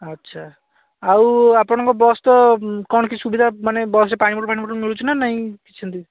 ଆଚ୍ଛା ଆଉ ଆପଣଙ୍କ ବସ୍ ତ କ'ଣ କିଛି ସୁବିଧା ମାନେ ବସ୍ରେ ପାଣି ବଟଲ୍ ଫାଣି ବଟଲ୍ ମିଳୁଛି ନା ନାହିଁ ସେମିତି